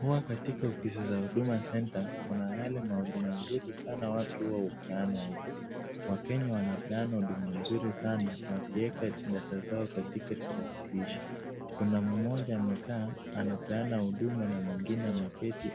Huwa katika ofisi za Huduma centre kuna yale mahuduma nzuri sana watu huwa hupeanwa huko. Wakenya wanapeanwa huduma nzuri sana wakiweka data zao katika tarakilishi. Kuna mmoja amekaa anapeana huduma na mwingine ameketi